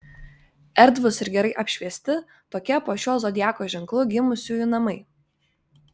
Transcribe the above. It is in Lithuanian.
erdvūs ir gerai apšviesti tokie po šiuo zodiako ženklu gimusiųjų namai